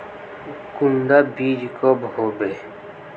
कुंडा बीज कब होबे?